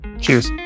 Cheers